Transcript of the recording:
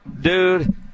dude